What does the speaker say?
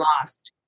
lost